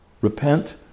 Repent